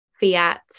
Fiat